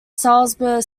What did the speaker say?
salzburg